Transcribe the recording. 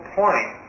point